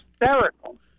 hysterical